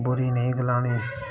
बुरी नेईं गलानी